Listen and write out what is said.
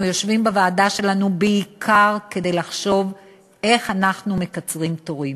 אנחנו יושבים בוועדה שלנו בעיקר כדי לחשוב איך אנחנו מקצרים תורים.